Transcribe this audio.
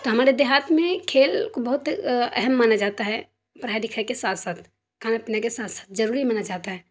تو ہمارے دیہات میں کھیل کو بہت اہم مانا جاتا ہے پڑھائی لکھائی کے ساتھ کھانا پینا کے ساتھ ساتھ ضروری مانا جاتا ہے